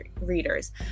readers